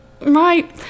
right